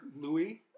Louis